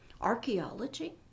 archaeology